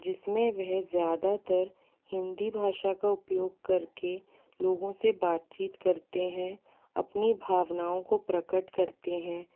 जिसमें वह ज़्यादातर हिंदी भाषा का उपयोग कर के लोगों से बातचीत करते हैं अपनी भावनाओं को प्रकट करते हैं